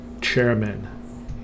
Chairman